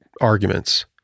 arguments